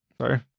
Sorry